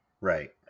Right